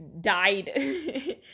died